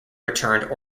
returned